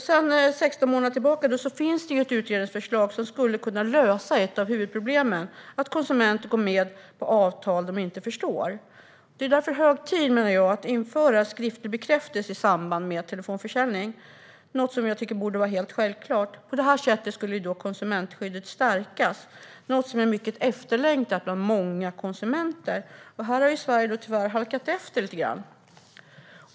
Sedan 16 månader tillbaka finns det ett utredningsförslag som skulle kunna lösa ett av huvudproblemen, att konsumenter går med på avtal som de inte förstår. Det är därför hög tid, menar jag, att införa skriftlig bekräftelse i samband med telefonförsäljning, något som jag tycker borde vara helt självklart. På det sättet skulle konsumentskyddet stärkas, något som är mycket efterlängtat av många konsumenter. Här har Sverige tyvärr halkat efter lite grann.